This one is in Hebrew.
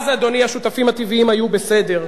אז, אדוני, השותפים הטבעיים היו בסדר.